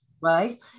Right